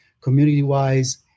community-wise